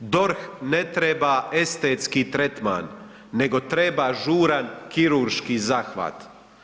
DORH ne treba estetski tretman nego treba žuran kirurški zahvat.